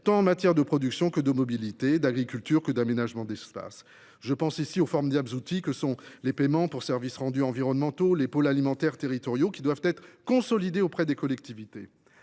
en matière de production comme de mobilités, d’agriculture comme d’aménagement des espaces. Je pense ici aux formidables outils que sont les paiements pour services environnementaux (PSE) et les projets alimentaires territoriaux (PAT), qui doivent être consolidés auprès des collectivités.